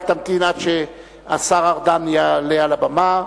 רק תמתין עד שהשר ארדן יעלה על הבמה,